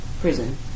Prison